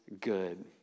good